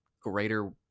greater